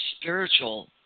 spiritual